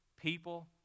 People